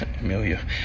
Amelia